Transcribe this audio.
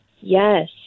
Yes